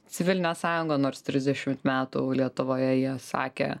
civilinę sąjungą nors trisdešimt metų lietuvoje jie sakė